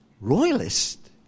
Royalist